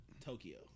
Tokyo